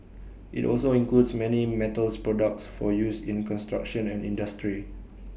IT also includes many metals products for use in construction and industry